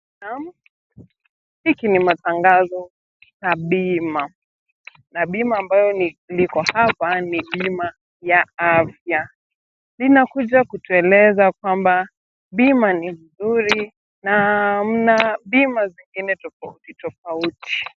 Naam hiki ni matangazo ya bima, na bima ambayo liko hapa ni bima la afya ,linakuja kutueleza kwamba bima ni nzuri na mna bima zingine tofauti tofauti .